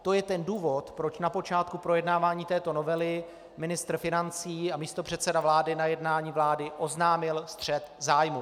To je ten důvod, proč na počátku projednávání této novely ministr financí a místopředseda vlády na jednání vlády oznámil střet zájmů.